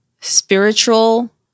spiritual